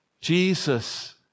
Jesus